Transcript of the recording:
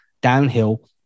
downhill